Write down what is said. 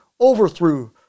overthrew